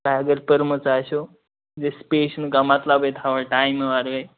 تۄہہِ اگر پٔرمٕژ آسٮ۪و زِ سُپیس چھُ نہٕ کانٛہہ مَطلبٕے تھاوان ٹایمہِ وَرٲے